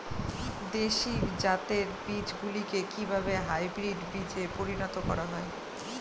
দেশি জাতের বীজগুলিকে কিভাবে হাইব্রিড বীজে পরিণত করা হয়?